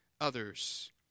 others